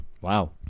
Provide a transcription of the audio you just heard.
Wow